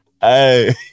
Hey